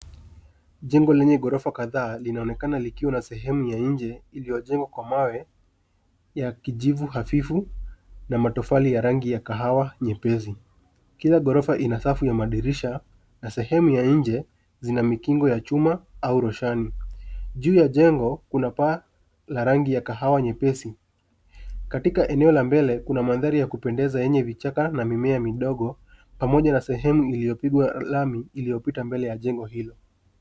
Jengo lenye ghorofa kadhaa linaonekana likiwa na sehemu ya nje iliyojengwa kwa mawe ya kijivu hafifu na matofali ya rangi ya kahawa nyepesi. Kila ghorofa ina safu ya madirisha na sehemu ya nje zina mikingo ya chuma au roshani. Juu ya jengo kuna paa la rangi ya kahawa nyepesi. Katika eneo la mbele kuna mandhari ya kupendeza yenye vichaka na mimea midogo pamoja na sehemu iliyopigwa lami iliyopita mbele ya jengo hilo.